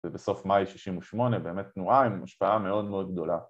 ובסוף מאי 68' באמת תנועה עם השפעה מאוד מאוד גדולה